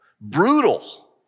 brutal